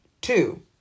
Two